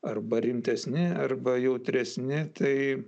arba rimtesni arba jautresni tai